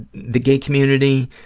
the gay community,